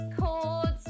chords